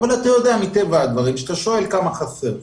אבל מטבע הדברים כשאתה שואל כמה חסרים לך,